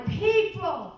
people